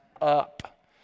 up